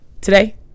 Today